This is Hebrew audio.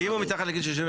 אם הוא מתחת לגיל 67,